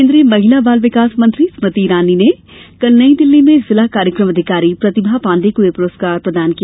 केन्द्रीय महिला बाल विकास मंत्री स्मृति ईरानी ने कल नई दिल्ली में जिला कार्यक्रम अधिकारी प्रतिभा पाण्डे को यह प्रस्कार प्रदान किया